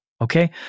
Okay